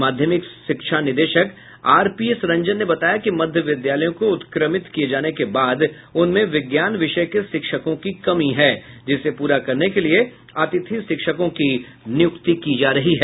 माध्यमिक शिक्षा निदेशक आर पी एस रंजन ने बताया कि मध्य विद्यालयों को उत्क्रमित किये जाने के बाद उनमें विज्ञान विषय के शिक्षकों की कमी है जिसे प्ररा करने के लिये अतिथि शिक्षकों की नियुक्ति की जा रही है